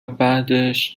بعدش